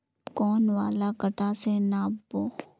कौन वाला कटा से नाप बो?